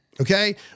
okay